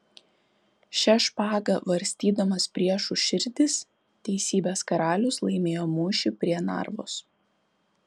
šia špaga varstydamas priešų širdis teisybės karalius laimėjo mūšį prie narvos